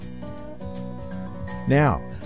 Now